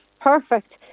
perfect